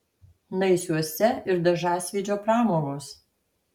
naisiuose ir dažasvydžio pramogos